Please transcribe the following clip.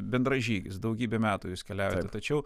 bendražygis daugybę metų jis keliauja tačiau